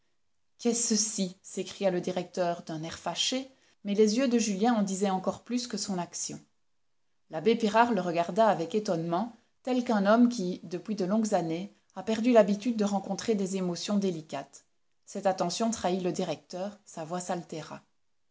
qu'est ceci s'écria le directeur d'un air fâché mais les yeux de julien en disaient encore plus que son action l'abbé pirard le regarda avec étonnement tel qu'un homme qui depuis de longues années a perdu l'habitude de rencontrer des émotions délicates cette attention trahit le directeur sa voix s'altéra